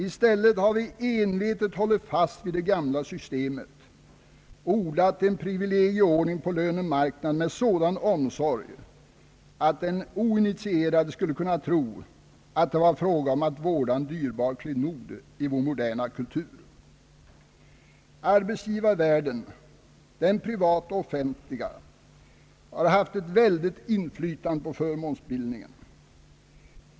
I stället har vi envetet hållit fast vid det gamla systemet och odlat en privilegieordning på lönemarknaden med sådan omsorg att den oinitierade skulle kunna tro att det var fråga om att vårda en dyrbar klenod i vår moderna kultur. Arbetsgivarvärlden, den privata och den offentliga, har haft ett väldigt inflytande på förmånsbildningen.